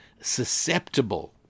susceptible